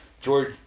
George